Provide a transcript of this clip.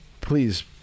please